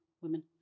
women